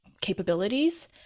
capabilities